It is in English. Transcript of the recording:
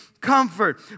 Comfort